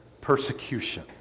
persecution